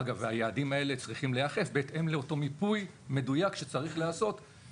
אגב יעדים אלה צריכים להיאכף בהתאם לאותו מיפוי מדויק שצריך להיעשות.